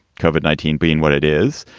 covered nineteen being what it is,